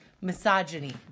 Misogyny